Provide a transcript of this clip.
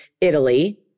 Italy